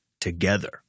Together